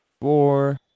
four